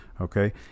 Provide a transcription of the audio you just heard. okay